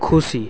खुसी